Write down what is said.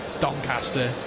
Doncaster